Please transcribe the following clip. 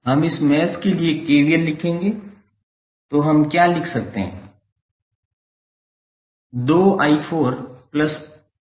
हम इस मैश के लिए KVL लिखेंगे तो हम क्या लिख सकते हैं